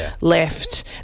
left